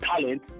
talent